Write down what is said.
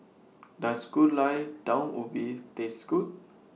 Does Gulai Daun Ubi Taste Good